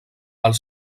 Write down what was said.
els